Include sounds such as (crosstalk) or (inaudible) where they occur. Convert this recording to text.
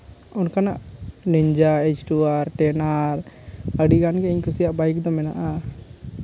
ᱚᱱᱠᱟᱱᱟᱜ (unintelligible) ᱴᱮᱱ ᱟᱨ ᱟᱹᱰᱤᱜᱟᱱ ᱜᱮ ᱤᱧ ᱠᱩᱥᱤᱭᱟᱜ ᱵᱟᱭᱤᱠ ᱫᱚ ᱢᱮᱱᱟᱜᱼᱟ